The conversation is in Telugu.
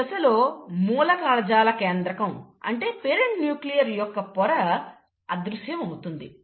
ఈ దశలో మూలకణజాల కేంద్రకం యొక్క పొర అదృశ్యమౌతుంది